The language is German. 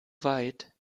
weit